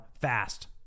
fast